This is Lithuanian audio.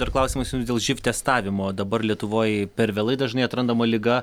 dar klausimas jums dėl živ testavimo dabar lietuvoj per vėlai dažnai atrandama liga